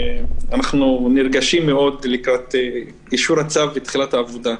ואנחנו נרגשים מאוד לקראת אישור הצו ותחילת העבודה.